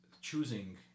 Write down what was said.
choosing